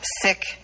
sick